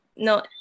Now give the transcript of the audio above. no